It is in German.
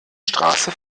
straße